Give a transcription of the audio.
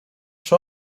czy